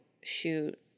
shoot